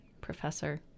professor